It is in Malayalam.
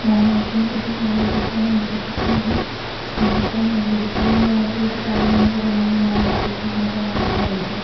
ഞാൻ ഏറ്റവും കൂടുതൽ ആലോചിക്കാൻ ആഗ്രഹിക്കുന്നതും സ്മരിക്കാൻ ആഗ്രഹിക്കുന്നതും ആയിട്ടുള്ള ഒരു കാലം എന്ന് പറയുന്നത് ഞാൻ ബാല്യത്തിലിരുന്ന കാലം തന്നെയായിരിക്കും